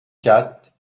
quatre